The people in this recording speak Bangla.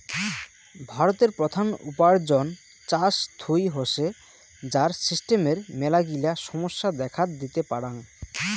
ভারতের প্রধান উপার্জন চাষ থুই হসে, যার সিস্টেমের মেলাগিলা সমস্যা দেখাত দিতে পারাং